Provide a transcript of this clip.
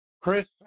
Chris